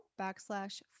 backslash